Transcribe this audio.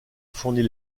fourni